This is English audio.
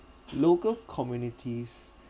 local communities